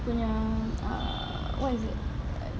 punya ah what is it